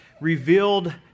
revealed